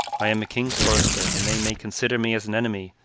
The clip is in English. i am a king's forester, and they may consider me as an enemy,